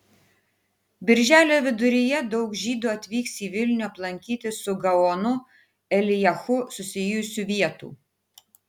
birželio viduryje daug žydų atvyks į vilnių aplankyti su gaonu elijahu susijusių vietų